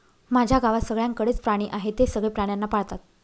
माझ्या गावात सगळ्यांकडे च प्राणी आहे, ते सगळे प्राण्यांना पाळतात